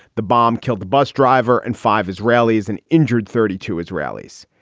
the bomb killed the bus driver and five israelis and injured thirty two israelis.